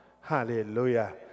Hallelujah